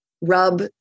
rub